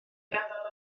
ganddo